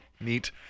Neat